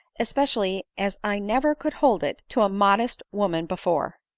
especially as i never could hold it to a modest woman before.